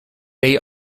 they